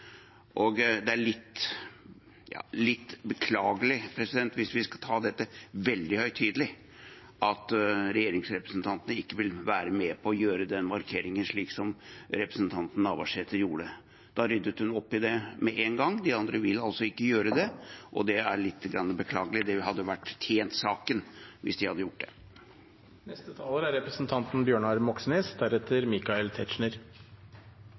Det er litt beklagelig – hvis vi skal ta dette veldig høytidelig – at regjeringsrepresentantene ikke vil være med på å foreta den markeringen, slik representanten Navarsete gjorde. Hun ryddet opp i det med en gang – de andre vil altså ikke gjøre det. Det er litt beklagelig – det hadde tjent saken hvis de hadde gjort det.